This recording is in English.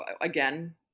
Again